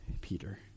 Peter